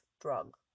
drug